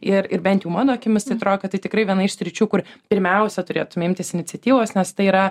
ir ir bent jau mano akimis tai atrodo kad tai tikrai viena iš sričių kur pirmiausia turėtume imtis iniciatyvos nes tai yra